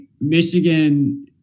Michigan